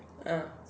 uh